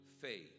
faith